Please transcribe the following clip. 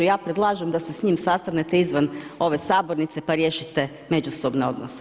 Ja predlažem da se s njim sastanete izvan ove sabornice, pa riješite međusobne odnose.